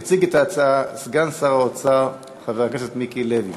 יציג את ההצעה סגן שר האוצר חבר הכנסת מיקי לוי.